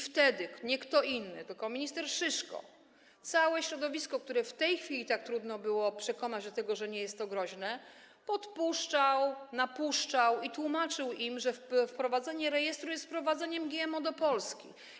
Wtedy nie kto inny jak minister Szyszko całe środowisko, które w tej chwili tak trudno przekonać do tego, że nie jest to groźne, podpuszczał, napuszczał i tłumaczył mu, że wprowadzenie rejestru jest wprowadzeniem GMO do Polski.